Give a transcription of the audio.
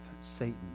Satan